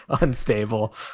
unstable